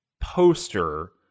poster